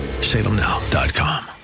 salemnow.com